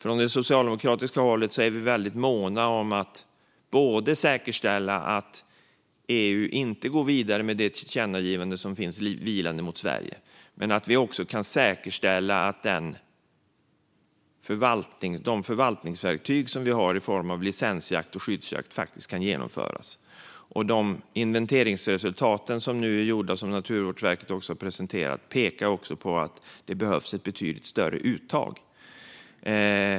Från det socialdemokratiska hållet är vi måna om både att EU inte ska gå vidare med det tillkännagivande som finns vilande mot Sverige och att de förvaltningsverktyg vi har i form av licensjakt och skyddsjakt faktiskt kan genomföras. De inventeringsresultat som nu är gjorda och som Naturvårdsverket har presenterat pekar också på att det behövs ett betydligt större uttag.